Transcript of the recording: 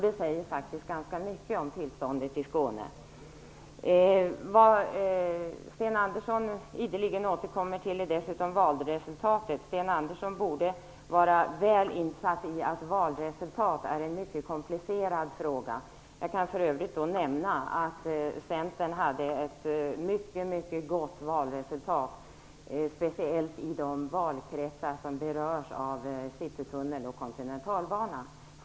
Det säger faktiskt ganska mycket om tillståndet i Skåne. Sten Andersson återkommer ideligen till valresultatet. Sten Andersson borde vara väl insatt i att valresultat är något mycket komplicerat. Jag kan för övrigt nämna att Centern nådde ett mycket gott valresultat, speciellt i de valkretsar som berörs av Citytunneln och kontinentalbanan.